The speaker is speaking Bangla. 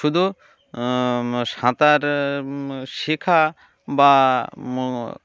শুধু সাঁতার শেখা বা